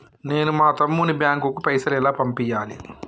నేను మా తమ్ముని బ్యాంకుకు పైసలు ఎలా పంపియ్యాలి?